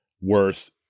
worth